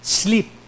sleep